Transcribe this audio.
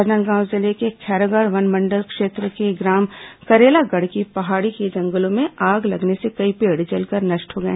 राजनांदगांव जिले के खैरागढ़ वनमंडल क्षेत्र के ग्राम करेलागढ़ की पहाड़ी के जंगलों में आग लगने से कई पेड़ जलकर नष्ट हो गए